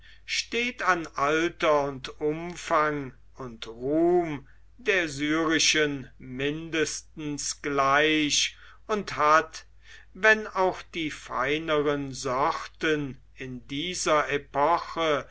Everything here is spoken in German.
steht an alter und umfang und ruhm der syrischen mindestens gleich und hat wenn auch die feineren sorten in dieser epoche